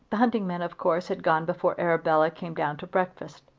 the hunting men of course had gone before arabella came down to breakfast.